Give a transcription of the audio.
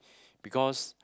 because